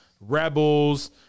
Rebels